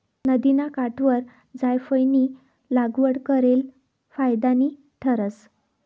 नदिना काठवर जायफयनी लागवड करेल फायदानी ठरस